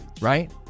right